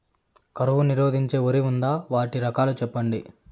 కరువు నిరోధించే వరి ఉందా? వాటి రకాలు చెప్పండి?